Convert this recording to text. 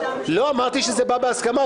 לא, אמרתי שזה בא בהסכמה.